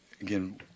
Again